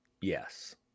Yes